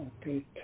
Okay